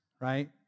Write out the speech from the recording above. right